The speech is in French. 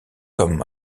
comme